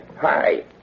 Hi